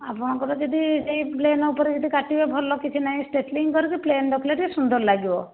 ଆପଣଙ୍କର ଯଦି ସେହି ପ୍ଲେନ୍ ଉପରେ ଯଦି କାଟିବେ ଭଲ କିଛି ନାହିଁ ଷ୍ଟ୍ରେଟନିଙ୍ଗ କରିକି ପ୍ଲେନ୍ ରଖିଲେ ଟିକେ ସୁନ୍ଦର ଲାଗିବ